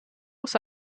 muss